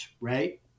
right